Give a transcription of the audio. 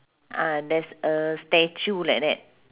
ah there's a statue like that